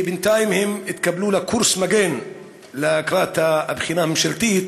בינתיים הם התקבלו לקורס מגן לקראת הבחינה הממשלתית.